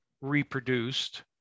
reproduced